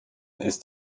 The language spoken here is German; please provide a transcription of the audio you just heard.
ist